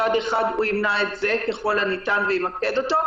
מצד אחד הוא ימנע את זה ככל הניתן וימקד אותו,